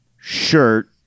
shirt